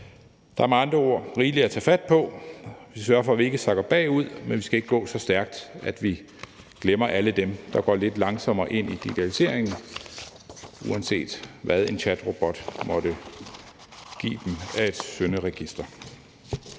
Der er med andre ord rigeligt at tage fat på. Vi skal sørge for, at vi ikke sakker bagud, men vi skal ikke gå så stærkt, at vi glemmer alle dem, der går lidt langsommere ind i digitaliseringen – uanset hvad en chatrobot måtte give dem af synderegister.